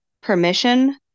permission